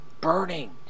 burning